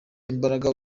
imbaraga